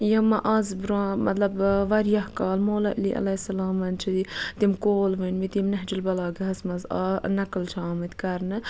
یِم آز برونٛہہ مَطلَب واریاہ کال مولا علی علیہ سلامَن چھِ تِم قول ؤنمٕتۍ یِم نہج البلاغاہَس مَنٛز نقل چھِ آمٕتۍ کَرنہٕ